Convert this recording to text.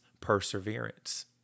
Perseverance